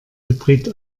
hybrid